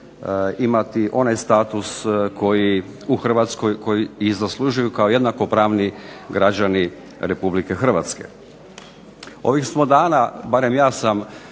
imati onaj status koji, u Hrvatskoj koji i zaslužuju kao jednakopravni građani Republike Hrvatske. Ovih smo dana, barem ja sam